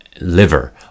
liver